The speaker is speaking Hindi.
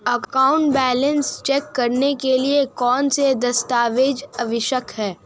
अकाउंट बैलेंस चेक करने के लिए कौनसे दस्तावेज़ आवश्यक हैं?